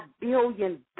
billion